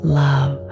love